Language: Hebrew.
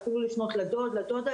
אפילו לשמוע לדוד/לדודה,